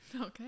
Okay